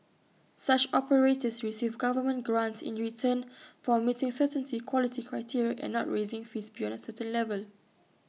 such operators receive government grants in return for meeting certain quality criteria and not raising fees beyond A certain level